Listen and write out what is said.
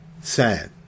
Sad